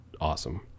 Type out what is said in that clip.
awesome